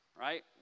right